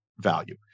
value